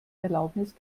erlaubnis